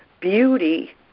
beauty